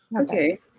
Okay